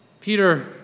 Peter